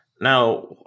Now